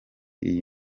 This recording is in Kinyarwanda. iyi